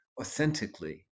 authentically